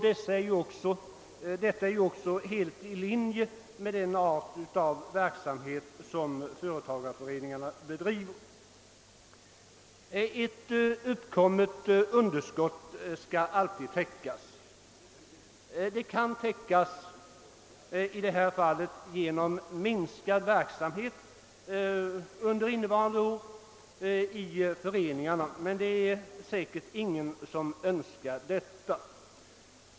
Detta ligger också helt i linje med den art av verksamhet som företagareföreningarna bedriver. Ett uppkommet underskott skall alltid täckas. Det kan täckas i detta fall genom minskad verksamhet i föreningarna under innevarande år, men det är säkert ingen som <:önskar detta.